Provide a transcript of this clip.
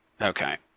Okay